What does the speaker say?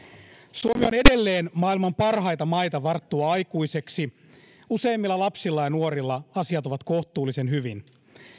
suomi on edelleen maailman parhaita maita varttua aikuiseksi useimmilla lapsilla ja nuorilla asiat ovat kohtuullisen hyvin